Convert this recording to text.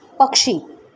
पक्षी